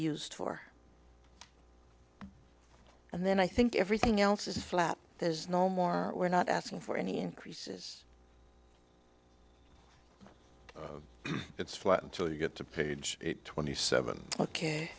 used for and then i think everything else is flat there's no more we're not asking for any increases it's flat until you get to page twenty seven ok